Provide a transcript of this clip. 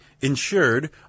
insured